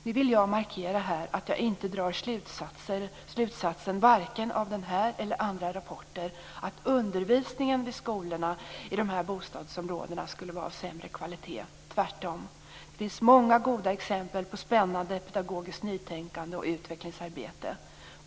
Jag vill här markera att jag inte drar slutsatsen vare sig av denna eller andra rapporter att undervisningen vid skolorna i dessa bostadsområden skulle vara av sämre kvalitet, tvärtom. Det finns många goda exempel på spännande pedagogiskt nytänkande och utvecklingsarbete.